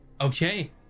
Okay